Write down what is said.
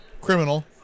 criminal